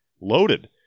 loaded